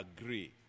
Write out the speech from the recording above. agree